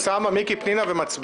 אוסאמה, בבקשה.